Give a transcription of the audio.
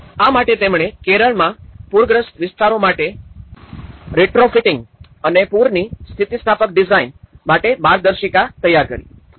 આ માટે તેમણે કેરળમાં પૂરગ્રસ્ત વિસ્તારો માટે રીટ્રોફિટિંગ અને પૂરની સ્થિતિસ્થાપક ડિઝાઇન માટે માર્ગદર્શિકા તૈયાર કરી